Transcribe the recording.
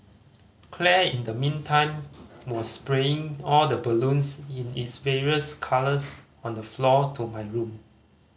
Claire in the meantime was splaying all the balloons in its various colours on the floor to my room